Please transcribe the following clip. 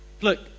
Look